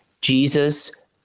Jesus